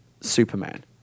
Superman